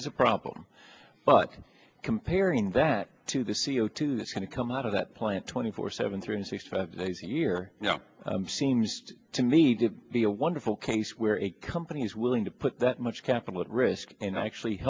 is a problem but comparing that to the c o two this kind of come out of that plant twenty four seven three six five days a year now seems to me to be a wonderful case where a company is willing to put that much capital at risk and actually